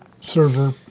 server